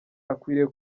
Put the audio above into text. akwiriye